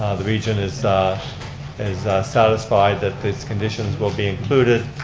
the region is is satisfied that these conditions will be included.